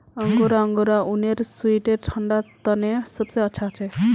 angora angora ऊनेर sweater ठंडा तने सबसे अच्छा हछे